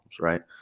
right